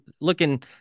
looking